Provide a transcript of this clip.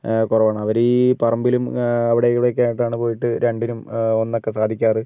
കുറവാണ് അവർ ഈ പറമ്പിലും അവിടെയും ഇവിടെയൊക്കെയാണ് പോയിട്ട് രണ്ടിനും ഒന്നൊക്കെ സാധിക്കാറ്